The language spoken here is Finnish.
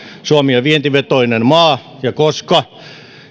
suomi on vientivetoinen maa ja koska